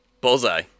Bullseye